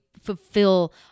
fulfill